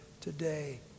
today